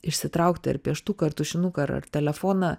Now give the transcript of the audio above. išsitraukti ar pieštuką ar tušinuką ar ar telefoną